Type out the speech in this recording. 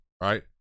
Right